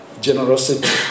Generosity